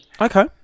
Okay